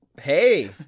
Hey